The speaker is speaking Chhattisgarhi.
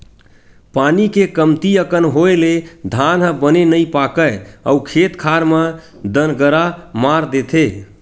पानी के कमती अकन होए ले धान ह बने नइ पाकय अउ खेत खार म दनगरा मार देथे